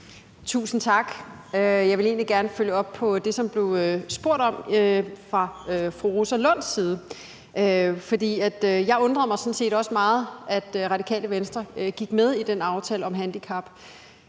Tusind tak. Jeg vil egentlig gerne følge op på det, som der blev spurgt om fra fru Rosa Lunds side. Jeg undrede mig sådan set også meget over, at Radikale Venstre gik med i den aftale om handicap.